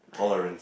tolerance